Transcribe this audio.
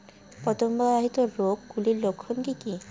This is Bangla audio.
পতঙ্গ বাহিত রোগ গুলির লক্ষণ কি কি?